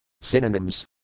Synonyms